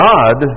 God